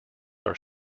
are